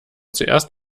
zuerst